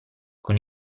con